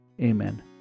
Amen